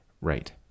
Right